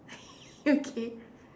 okay